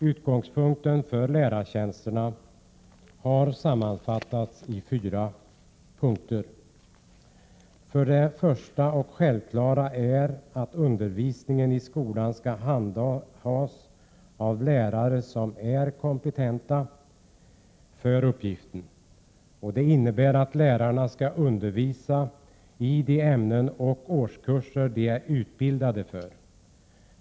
Utgångspunkten för lärartjänsterna har sammanfattats i fyra punkter. För det första är det självklart att undervisningen i skolan skall handhas av lärare som är kompetenta för uppgiften. Det innebär att lärarna skall undervisa i de ämnen och de årskurser de är utbildade för.